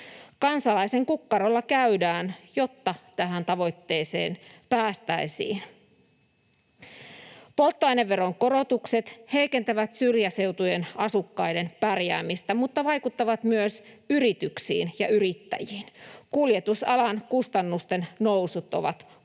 Kansalaisen kukkarolla käydään, jotta tähän tavoitteeseen päästäisiin. Polttoaineveron korotukset heikentävät syrjäseutujen asukkaiden pärjäämistä mutta vaikuttavat myös yrityksiin ja yrittäjiin. Kuljetusalan kustannusten nousut ovat kohtuuttomia,